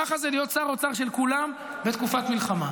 ככה זה להיות שר האוצר של כולם בתקופת מלחמה.